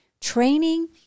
Training